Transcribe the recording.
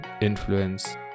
influence